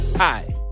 Hi